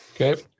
Okay